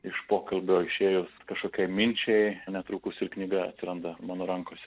iš pokalbio išėjus kažkokiai minčiai netrukus ir knyga atranda mano rankose